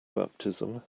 baptism